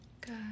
Good